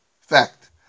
Fact